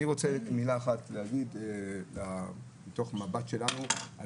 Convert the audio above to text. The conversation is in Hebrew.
אני רוצה להגיד מילה מתוך המבט שלנו על